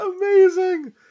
Amazing